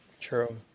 True